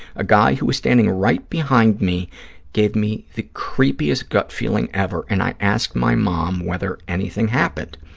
a guy who was standing right behind me gave me the creepiest gut feeling ever and i asked my mom whether anything happened.